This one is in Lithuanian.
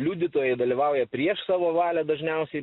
liudytojai dalyvauja prieš savo valią dažniausiai